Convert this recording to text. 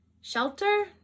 shelter